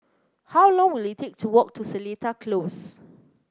how long will it take to walk to Seletar Close